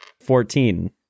Fourteen